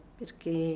perché